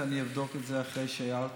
אני אבדוק את זה, אחרי שהערתם.